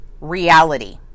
reality